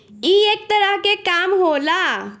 ई एक तरह के काम होला